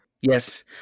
Yes